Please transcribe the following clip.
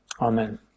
Amen